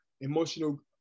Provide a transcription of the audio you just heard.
emotional